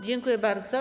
Dziękuję bardzo.